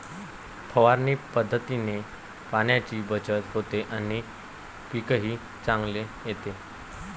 फवारणी पद्धतीने पाण्याची बचत होते आणि पीकही चांगले येते